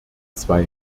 zwei